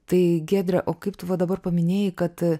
tai giedre o kaip tu va dabar paminėjai kad